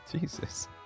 Jesus